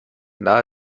nahe